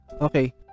Okay